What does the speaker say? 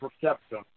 perception